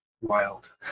wild